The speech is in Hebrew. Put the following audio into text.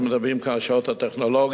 אנחנו מדברים פה על השעות הטכנולוגיות,